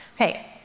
Okay